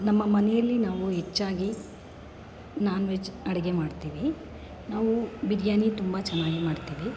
ನಮ್ಮ ಮನೆಯಲ್ಲಿ ನಾವು ಹೆಚ್ಚಾಗಿ ನಾನ್ ವೆಜ್ ಅಡುಗೆ ಮಾಡ್ತೀವಿ ನಾವು ಬಿರಿಯಾನಿ ತುಂಬ ಚೆನ್ನಾಗಿ ಮಾಡ್ತೀವಿ